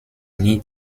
nie